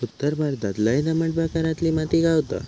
उत्तर भारतात लय दमट प्रकारातली माती गावता